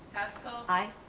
hessel. i.